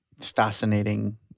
fascinating